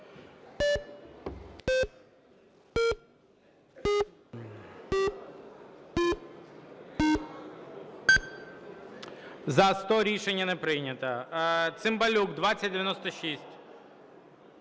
За-100 Рішення не прийнято. Цимбалюк, 2096.